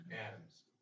Adam's